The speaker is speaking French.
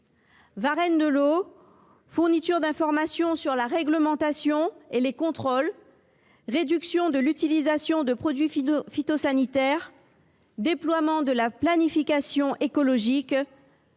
Varenne de l’eau, fourniture d’informations sur la réglementation et les contrôles, réduction de l’usage des produits phytosanitaires, déploiement de la planification écologique,